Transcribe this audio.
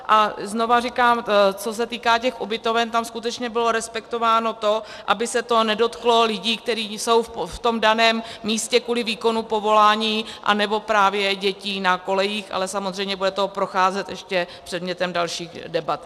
A znova říkám, co se týká ubytoven, tam skutečně bylo respektováno to, aby se to nedotklo lidí, kteří jsou v tom daném místě kvůli výkonu povolání, anebo právě dětí na kolejích, ale samozřejmě bude to procházet ještě předmětem dalších debat.